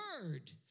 word